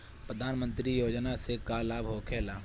प्रधानमंत्री योजना से का लाभ होखेला?